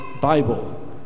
Bible